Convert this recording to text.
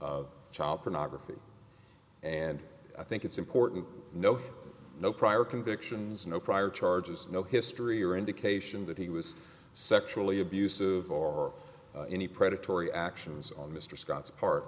of child pornography and i think it's important no no prior convictions no prior charges no history or indication that he was sexually abusive or any predatory actions on mr scott's part